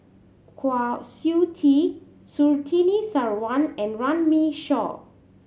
Kwa Siew Tee Surtini Sarwan and Runme Shaw